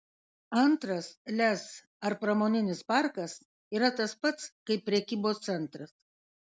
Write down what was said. antras lez ar pramoninis parkas yra tas pats kaip prekybos centras